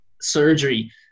surgery